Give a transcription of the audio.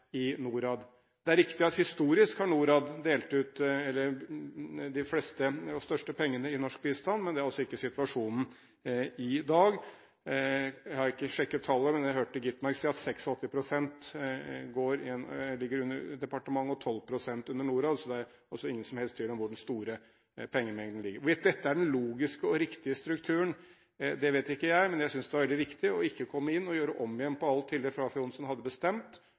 i NORAD. Det er riktig at historisk har NORAD delt ut de fleste og største pengene i norsk bistand, men det er ikke situasjonen i dag. Jeg har ikke sjekket tallene, men jeg hørte Skovholt Gitmark si at 86 pst. ligger under departementet og 12 pst. under NORAD, så det er altså ingen som helst tvil om hvor den store pengemengden ligger. Hvorvidt dette er den logiske og riktige strukturen, vet ikke jeg, men jeg synes det var veldig viktig ikke å komme inn og gjøre om igjen på alt Hilde Frafjord Johnson hadde bestemt. Hun la en slik struktur til grunn, og det